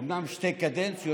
אומנם שתי קדנציות,